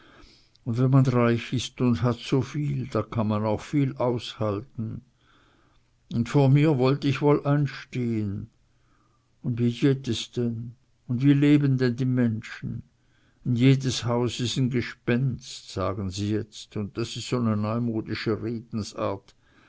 und wenn man reich ist und hat so viel da kann man auch viel aushalten un vor mir wollt ich woll einstehn un wie jeht es denn un wie leben denn die menschen in jedes haus is'n gespenst sagen sie jetzt un das is so'ne neumodsche redensart